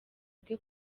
bwe